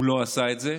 הוא לא עשה את זה,